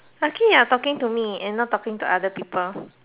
lucky you're talking to me and not talking to other people